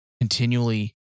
continually